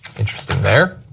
interesting there.